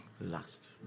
Last